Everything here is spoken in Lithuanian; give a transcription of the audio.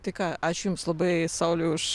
tai ką ačiū jums labai sauliau už